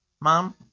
mom